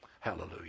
Hallelujah